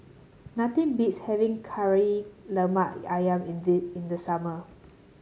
nothing beats having Kari Lemak ayam in the in the summer